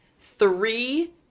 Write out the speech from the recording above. three